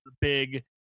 big